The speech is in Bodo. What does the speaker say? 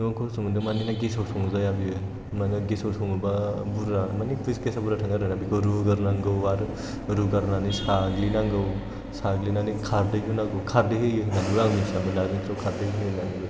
गोबां खस्ट' मोनदों मानोना गेसआव संजाया बेयो माने गेसआव सङोबा बुरजा माने गेसा बुरजा थाङो आरोना बेखौ रुग्रोनांगौ आरो रुगारनानै साग्लिनांगौ साग्लिनानै खारदै होनांगौ खारदै होयो होन्नानैबो आं मिन्थियामोन नारजि ओंख्रिआव खारदै होयो होननानै